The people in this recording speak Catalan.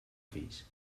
fills